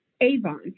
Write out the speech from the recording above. Avon